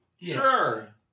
Sure